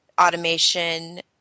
automation